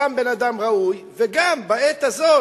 גם בן-אדם ראוי וגם בעת הזאת,